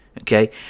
Okay